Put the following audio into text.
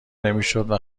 نمیشدو